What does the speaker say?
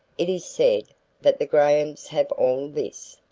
it is said that the grahams have all this.